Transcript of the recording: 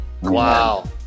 wow